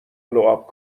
لعاب